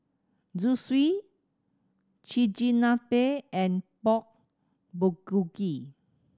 Zosui Chigenabe and Pork Bulgogi